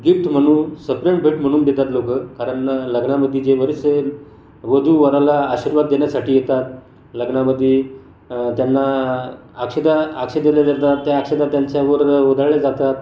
gift म्हणू सप्रेम भेट म्हणून देतात लोक कारण लग्नामध्ये जे बरेचसे वधूवराला आशीर्वाद देण्यासाठी येतात लग्नामध्ये त्यांना अक्षदा दिल्या जातात त्या अक्षदा त्यांच्यावर उधळल्या जातात